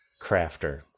Crafter